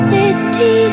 City